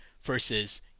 versus